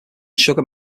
sugar